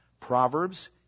Proverbs